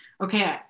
Okay